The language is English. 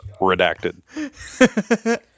redacted